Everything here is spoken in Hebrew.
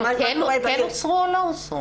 השלטים כן הוסרו או לא הוסרו?